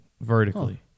Vertically